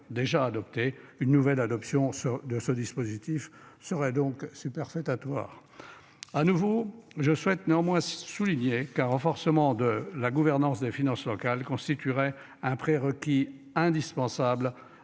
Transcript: déjà adopté une nouvelle adoption de ce dispositif serait donc superfétatoire.